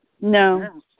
No